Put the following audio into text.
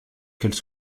qu’elle